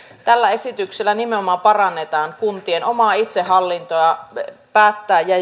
tällä esityksellä nimenomaan parannetaan kuntien omaa itsehallintoa päättää palveluista ja